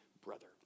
brother